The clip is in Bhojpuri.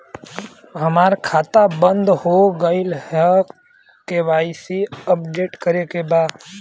हमार खाता बंद हो गईल ह के.वाइ.सी अपडेट करे के बा?